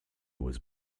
was